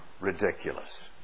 ridiculous